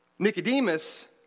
Nicodemus